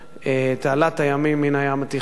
תעלת הימים מן הים התיכון.